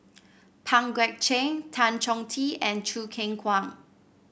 Pang Guek Cheng Tan Chong Tee and Choo Keng Kwang